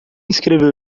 escreveu